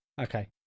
okay